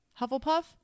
Hufflepuff